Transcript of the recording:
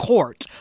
Court